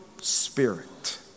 spirit